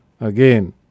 Again